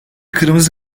kırmızı